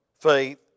faith